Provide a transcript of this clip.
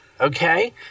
Okay